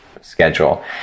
schedule